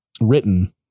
written